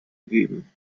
gegeben